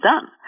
done